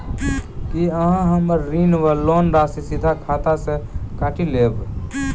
की अहाँ हम्मर ऋण वा लोन राशि सीधा खाता सँ काटि लेबऽ?